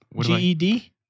GED